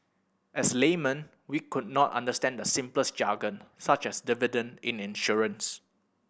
as laymen we could not understand the simplest jargon such as dividend in insurance